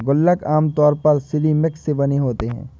गुल्लक आमतौर पर सिरेमिक से बने होते हैं